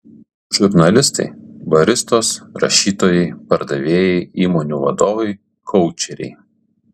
žurnalistai baristos rašytojai pardavėjai įmonių vadovai koučeriai